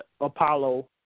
Apollo